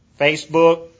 Facebook